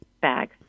bag